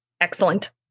excellent